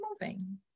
moving